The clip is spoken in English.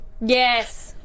Yes